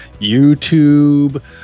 YouTube